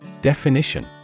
Definition